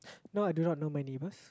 no I do not know my neighbours